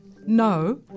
No